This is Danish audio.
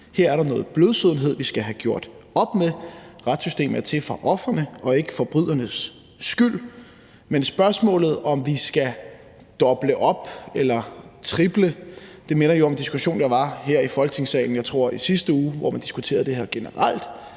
Her er der noget blødsødenhed, vi skal have gjort op med. Retssystemet er til for ofrene og ikke for forbryderne. Men spørgsmålet om, om vi skal doble op eller tredoble, minder om en diskussion, der var her i Folketingssalen i sidste uge, tror jeg, hvor man diskuterede det her generelt.